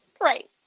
Right